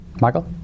Michael